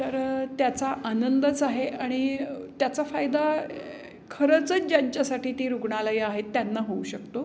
तर त्याचा आनंदच आहे आणि त्याचा फायदा खरंचंच ज्यांच्यासाठी ती रुग्णालयं आहेत त्यांना होऊ शकतो